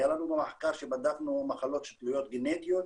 היה לנו מחקר שבדקנו מחלות גנטיות,